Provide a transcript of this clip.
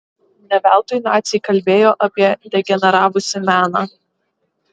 ne veltui naciai kalbėjo apie degeneravusį meną